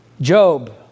Job